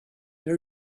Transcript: they